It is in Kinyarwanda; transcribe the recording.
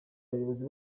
abayobozi